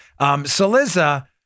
Saliza